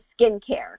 skincare